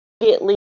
immediately